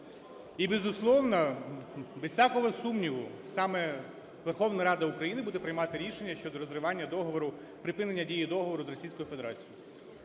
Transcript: І, безусловно, без всякого сумніву, саме Верховна Рада України буде приймати рішення щодо розривання договору… припинення дії договору з Російською Федерацією.